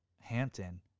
Hampton